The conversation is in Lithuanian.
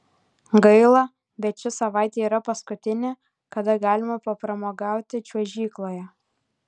gaila bet ši savaitė yra paskutinė kada galima papramogauti čiuožykloje